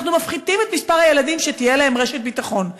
אנחנו מפחיתים את מספר הילדים שתהיה להם רשת ביטחון.